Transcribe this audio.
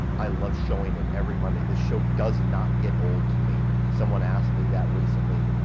i love showing it every monday. this show does not get old to me. someone asked me that recently,